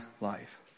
life